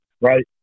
right